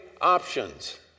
options